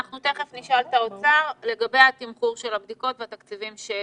תכף נשאל את האוצר לגבי תמחור הבדיקות והתקציבים שעוברים.